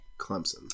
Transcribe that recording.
Clemson